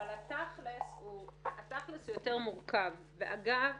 התכל'ס הוא יותר מורכב, ואגב,